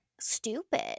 stupid